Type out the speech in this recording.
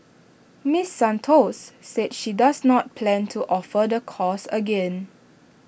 miss Santos said she does not plan to offer the course again